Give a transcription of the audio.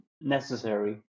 necessary